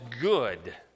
good